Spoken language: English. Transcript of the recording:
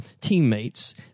teammates